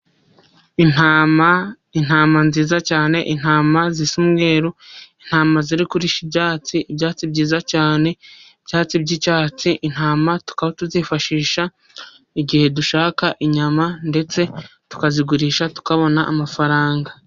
Intama, intama nziza cyane, intama zisa umweru, intama ziri kurisha ibyatsi, ibyatsi byiza cyane, ibyatsi by'icyatsi, intama tuzifashisha igihe dushaka inyama, ndetse tukazigurisha tukabona amafaranga.